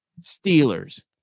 Steelers